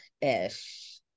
ish